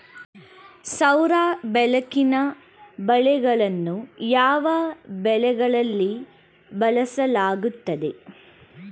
ಸೌರ ಬೆಳಕಿನ ಬಲೆಗಳನ್ನು ಯಾವ ಬೆಳೆಗಳಲ್ಲಿ ಬಳಸಲಾಗುತ್ತದೆ?